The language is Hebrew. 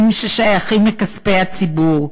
כספים ששייכים לציבור.